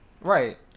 Right